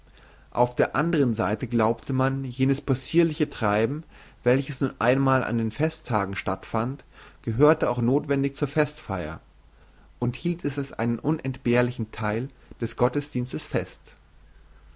auf der andren seite glaubte man jenes possirliche treiben welches nun einmal an den festtagen stattfand gehöre auch nothwendig zur festfeier und hielt es als einen unentbehrlichen theil des gottesdienstes fest